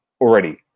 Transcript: already